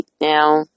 now